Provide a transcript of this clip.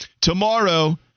Tomorrow